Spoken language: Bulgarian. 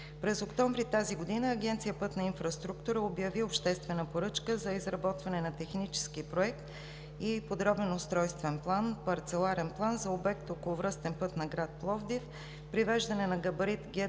През октомври тази година Агенция „Пътна инфраструктура“ обяви обществена поръчка за изработване на технически проект и подробен устройствен план – парцеларен план за обект „Околовръстен път на град Пловдив – привеждане към габарит Г